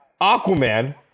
aquaman